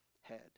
head